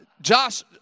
Josh